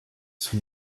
sous